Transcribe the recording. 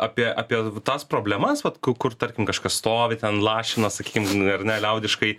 apie apie tas problemas vat kur tarkim kažkas stovi ten lašina sakykim nu ar ne liaudiškai